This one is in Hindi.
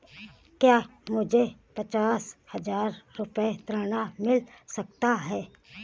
क्या मुझे पचास हजार रूपए ऋण मिल सकता है?